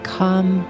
come